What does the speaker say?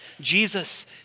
Jesus